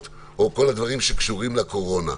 או של כול הדברים שקשורים לקורונה,